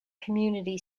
community